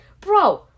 bro